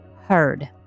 heard